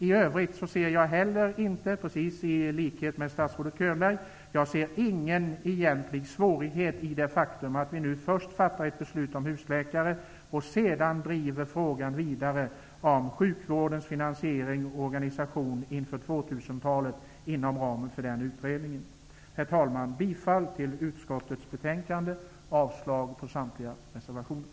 I övrigt ser jag heller inte, i likhet med statsrådet Könberg, någon egentlig svårighet i det faktum att vi först fattar ett beslut om husläkare och att vi sedan driver vidare frågan om sjukvårdens finansiering och organisation inför 2000-talet inom ramen för den utredningen. Herr talman! Jag yrkar bifall till utskottets hemställan och avslag på samtliga reservationer.